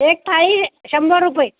एक थाळी शंभर रुपये